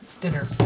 dinner